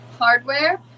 hardware